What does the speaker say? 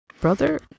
brother